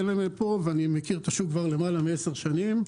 אני מכיר את השוק כבר למעלה מ-10 שנים.